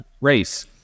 race